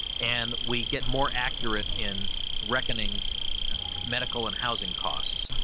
and we get more accurate in reckoning medical and housing costs.